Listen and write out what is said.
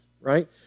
right